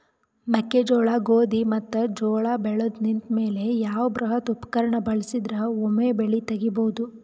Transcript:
ಮೆಕ್ಕೆಜೋಳ, ಗೋಧಿ ಮತ್ತು ಜೋಳ ಬೆಳೆದು ನಿಂತ ಮೇಲೆ ಯಾವ ಬೃಹತ್ ಉಪಕರಣ ಬಳಸಿದರ ವೊಮೆ ಬೆಳಿ ತಗಿಬಹುದು?